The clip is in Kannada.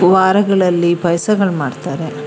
ವಾರಗಳಲ್ಲಿ ಪಾಯ್ಸಗಳು ಮಾಡ್ತಾರೆ